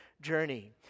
journey